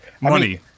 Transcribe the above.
money